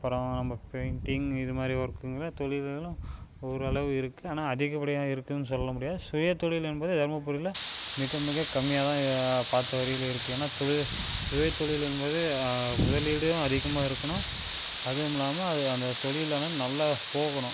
அப்புறம் அந்த பெயிண்டிங் இதுமாதிரி ஒர்க்குங்கள் தொழில்களும் ஓரு அளவு இருக்குது ஆனால் அதிகப்படியாக இருக்குதுன்னு சொல்ல முடியாது சுய தொழில் என்பது தருமபுரியில் மிக மிக கம்மியாக தான் பார்த்த வரையில் இருக்குது ஏன்னா சுய தொழில் என்பது வெளியிலையும் அதிகமாக இருக்கணும் அதுவுமில்லாமல் அது அந்த தொழில்களும் நல்லா போகணும்